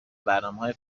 برنامههای